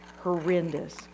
horrendous